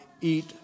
eat